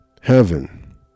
heaven